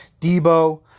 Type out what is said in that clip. Debo